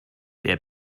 der